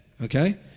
okay